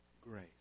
grace